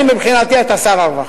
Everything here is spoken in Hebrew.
אני, מבחינתי, אתה שר הרווחה,